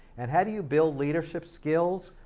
and how do you build leadership skills?